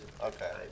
Okay